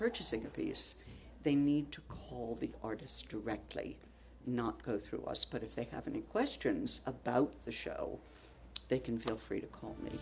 purchasing a piece they need to cold the artist directly not go through us but if they have any questions about the show they can feel free to call